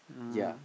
oh